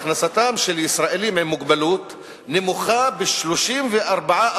הכנסתם של ישראלים עם מוגבלות נמוכה ב-34%